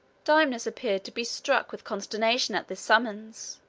dymnus appeared to be struck with consternation at this summons.